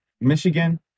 Michigan